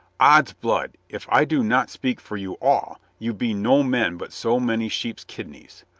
ods blood, if i do not speak for you all, you be no men but so many sheep's kidneys.